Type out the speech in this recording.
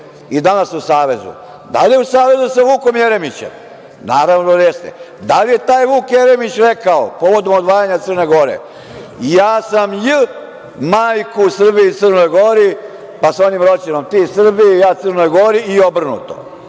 i danas u savezu. Da li je u savezu sa Vukom Jeremićem? Naravno da jeste. Da li je taj Vuk Jeremić rekao povodom odvajanja Crne Gore – ja sam „j“ majku Srbiji i Crnoj Gori, pa sa onim Roćenom – ti Srbiji, ja Crnoj Gori i obrnuto. Boško